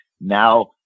Now